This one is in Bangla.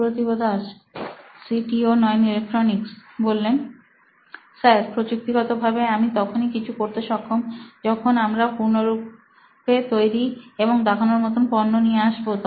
Supratibh Das C T O নোইন ইলেক্ট্রনিক্স স্যার প্রযুক্তিগতভাবে আমি তখনই কিছু করতে সক্ষম যখন আমরা পূর্ণরূপে তৈরি এবং দেখানোর মত পণ্য নিয়ে আসবো